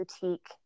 boutique